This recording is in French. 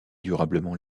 durablement